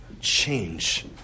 change